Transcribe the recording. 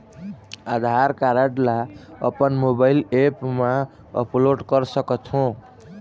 आधार card ला अपन mobile app मा अपलोड कर सकथों?